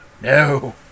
no